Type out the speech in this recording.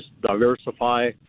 diversify